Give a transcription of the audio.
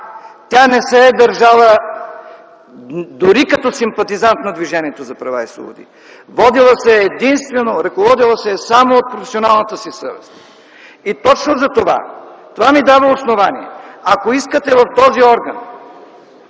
тя не се е държала дори като симпатизант на Движението за права и свободи, ръководила се е само от професионалната си съвест. И точно това ми дава основание, ако искате в този орган